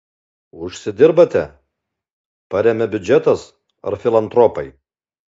užsidirbate paremia biudžetas ar filantropai